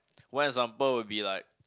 one example would be like